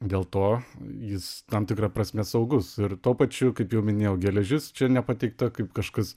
dėl to jis tam tikra prasme saugus ir tuo pačiu kaip jau minėjau geležis čia nepateikta kaip kažkas